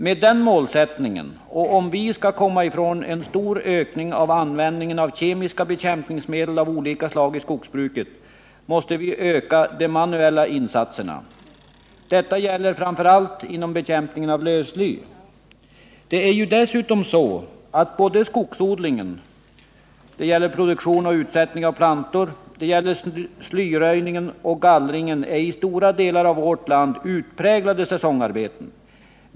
Med den målsättningen, och om vi skall komma ifrån en stor ökning av användningen av kemiska bekämpningsmedel av olika slag i skogsbruket, måste vi öka de manuella insatserna. Detta gäller framför allt bekämpningen av lövsly. Dessutom är skogsodlingen, produktion och utsättning av plantor, slyröjning och gallring i stora delar av vårt land utpräglade säsongarbeten.